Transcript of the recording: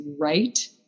right